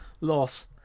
loss